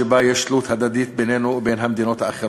שבה יש תלות הדדית בינינו ובין המדינות האחרות.